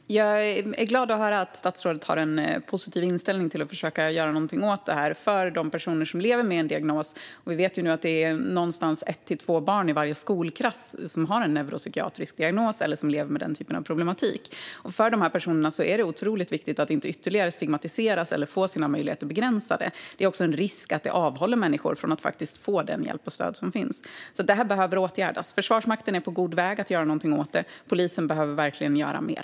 Herr talman! Jag är glad att höra att statsrådet har en positiv inställning till att försöka göra någonting åt detta, för de personer som lever med en diagnos. Vi vet nu att det är ett till två barn i varje skolklass som har en neuropsykiatrisk diagnos eller som lever med den typen av problematik. Det är otroligt viktigt att dessa personer inte ytterligare stigmatiseras eller får sina möjligheter begränsade. Det finns också en risk att detta avhåller människor från att faktiskt ta den hjälp och det stöd som finns. Det här behöver åtgärdas. Försvarsmakten är på god väg att göra någonting åt det. Polisen behöver verkligen göra mer.